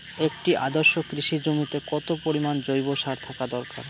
একটি আদর্শ কৃষি জমিতে কত পরিমাণ জৈব সার থাকা দরকার?